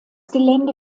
gelände